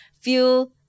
feel